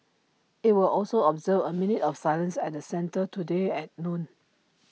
IT will also observe A minute of silence at the centre today at noon